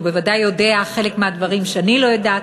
הוא בוודאי יודע חלק מהדברים שאני לא יודעת,